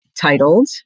titled